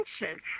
attention